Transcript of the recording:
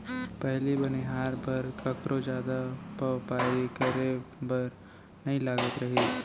पहिली बनिहार बर कखरो जादा पवपरी करे बर नइ लागत रहिस